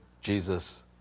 Jesus